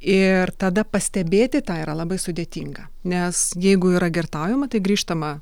ir tada pastebėti tą yra labai sudėtinga nes jeigu yra girtaujama tai grįžtama